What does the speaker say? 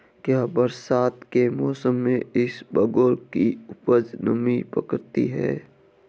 क्या बरसात के मौसम में इसबगोल की उपज नमी पकड़ती है?